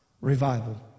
Revival